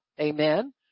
Amen